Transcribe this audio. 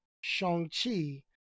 Shang-Chi